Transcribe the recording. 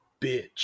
bitch